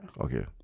okay